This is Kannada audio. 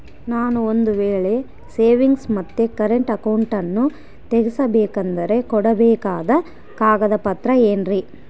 ನಾನು ಒಂದು ವೇಳೆ ಸೇವಿಂಗ್ಸ್ ಮತ್ತ ಕರೆಂಟ್ ಅಕೌಂಟನ್ನ ತೆಗಿಸಬೇಕಂದರ ಕೊಡಬೇಕಾದ ಕಾಗದ ಪತ್ರ ಏನ್ರಿ?